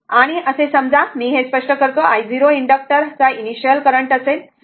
आणि असे समजा मी हे स्पष्ट करतो की i0 इनडक्टर चा इनिशिअल करंट असेल